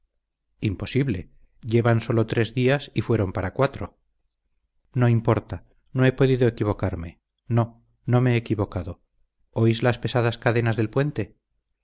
imposible llevan sólo tres días y fueron para cuatro no importa no he podido equivocarme no no me he equivocado oís las pesadas cadenas del puente